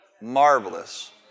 marvelous